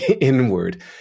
inward